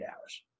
hours